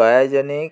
গাইজনীক